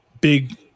big